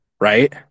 Right